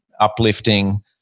uplifting